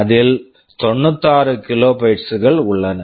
அதில் 96 kilobytes kilobytes கள் உள்ளன